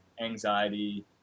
anxiety